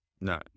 No